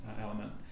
element